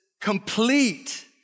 complete